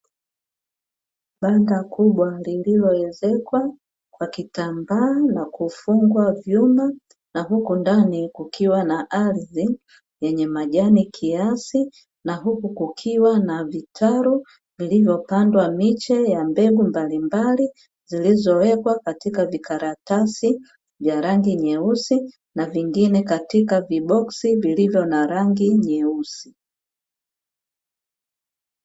Banda kubwa lililoezekwa kwa kitambaa na kufungwa vyuma na huko ndani kukiwa na ardhi yenye majani kiasi na huku kukiwa na vitaru vilivyopandwa miche ya mbegu mbalimbali, zilizowekwa katika vikaratasi vya rangi nyeusi na vingine katika viboksi vilivyo na rangi nyeusi.